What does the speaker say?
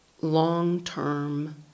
long-term